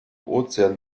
ozean